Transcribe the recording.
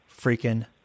freaking